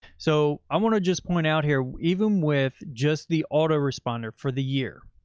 so i want to just point out here, even with just the auto responder for the year,